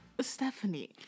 Stephanie